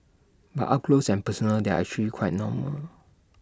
but up close and personal they're actually quite normal